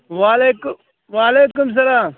وعلیکُم وعلیکُم اسلام